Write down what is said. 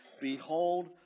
Behold